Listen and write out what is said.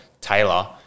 Taylor